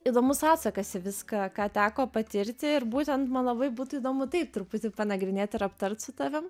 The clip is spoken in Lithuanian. įdomus atsakas į viską ką teko patirti ir būtent man labai būtų įdomu taip truputį panagrinėti ir aptart su tavim